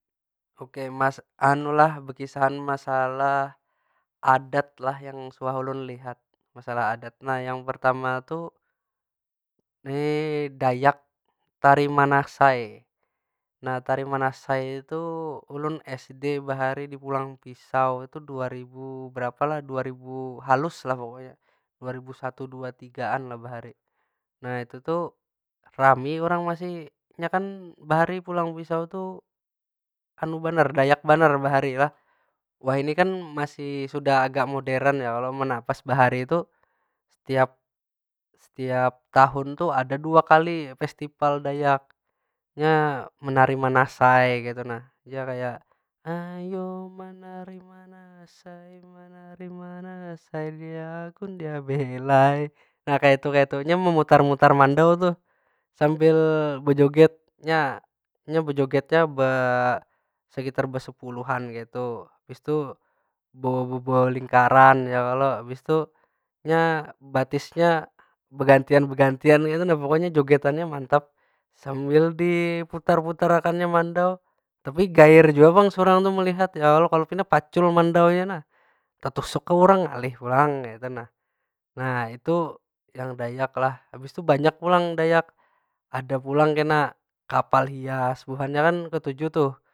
Oke, bekisahan masalah adat lah yang suah ulun lihat, masalah adat. Nah yang pertama tu, dayak tari manasai. Nah tari manasai tuh ulun sd bahari di pulang pisau tuh dua ribu berapa lah? Dua ribu halus lah pokonya. Dua ribu satu dua tigaan lah bahari. Nah itu tu rami urang masih. Nya kan bahari pulang pisau tu dayak banar bahari lah. Wahini kan masih sudah agak modern ya kalo? Munnya pas bahari tuh tiap setiap tahun tu ada dua kali festival dayak. Nya menari manasai kaytu nah. Ya kaya, ayo manari manasai, manari manasai nah kaytu- kaytu. Nya memutar- mutar mandau tuh sambil bejoget. Nya- nya bejogetnya sekitar besepuluhan kaytu. Habis tu be- belingkaran ya kalo? Habis tu nya batisnya begantian- begantian kaytu nah pokonya jogetannya mantap. Sambil diputar- putar akannya mandau. Tapi gair jua pang surang tu melihat ya kalo? Kalo pina pacul mandaunya nah. Ttusuk ka urang, ngalih pulang kaytu nah. Nah itu yang dayak lah. Habistu banyak pulang dayak. Ada pulang kena kapal hias, buhannya kan ketuju tuh.